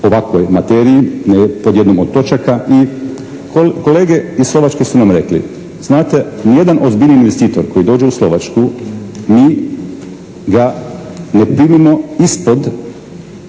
ovakvoj materiji pod jednom od točaka i kolege iz Slovačke su nam rekli, znate niti jedan ozbiljniji investitor koji dođe u Slovačku mi ga ne primimo ispod